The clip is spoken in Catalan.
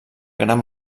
gran